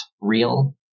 real